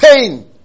pain